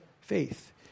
faith